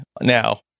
now